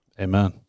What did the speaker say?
Amen